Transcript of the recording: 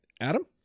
Adam